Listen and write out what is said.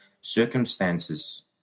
circumstances